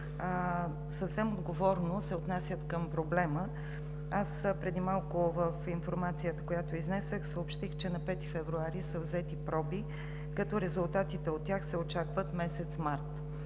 съвсем отговорно се отнасят към проблема. Аз преди малко в информацията, която изнесох, съобщих, че на 5 февруари са взети проби, като резултатите от тях се очакват през месец март.